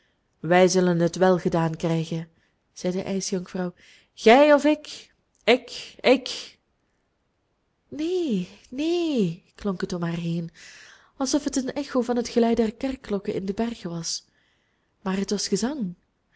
wij zullen het wel gedaan krijgen zei de ijsjonkvrouw gij of ik ik ik neen neen klonk het om haar heen alsof het een echo van het gelui der kerkklokken in de bergen was maar het was gezang